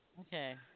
Okay